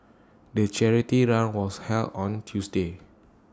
the charity run was held on Tuesday